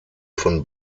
von